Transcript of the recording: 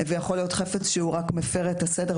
ויכול להיות חפץ שהוא רק מפר את הסדר.